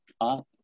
Up